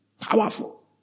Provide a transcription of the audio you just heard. Powerful